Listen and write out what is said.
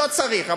לא צריך,